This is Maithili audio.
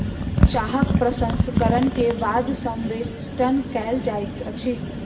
चाहक प्रसंस्करण के बाद संवेष्टन कयल जाइत अछि